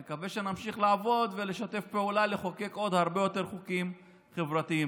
נקווה שנמשיך לעבוד ולשתף פעולה ולחוקק עוד הרבה יותר חוקים חברתיים.